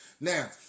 Now